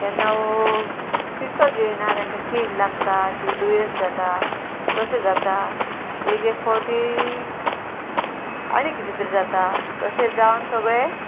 केन्ना वो पिकच येयना तेंका कीड लागता कितें दुयेंस जाता तशें जाता एक एक फावटी आणी कितें तरी जाता तशें जावन सगळें